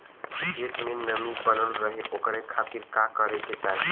खेत में नमी बनल रहे ओकरे खाती का करे के चाही?